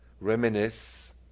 reminisce